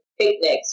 picnics